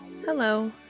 Hello